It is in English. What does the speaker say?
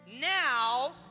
now